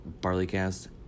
BarleyCast